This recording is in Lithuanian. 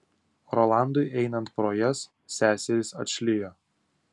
rolandui einant pro jas seserys atšlijo